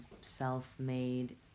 self-made